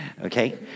Okay